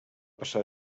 passar